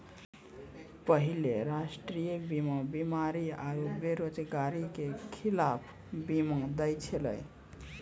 पहिले राष्ट्रीय बीमा बीमारी आरु बेरोजगारी के खिलाफ बीमा दै छलै